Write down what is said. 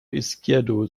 izquierdo